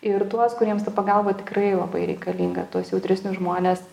ir tuos kuriems ta pagalba tikrai labai reikalinga tuos jautresnius žmones